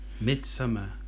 Midsummer